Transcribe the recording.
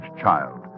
child